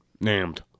named